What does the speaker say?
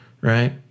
right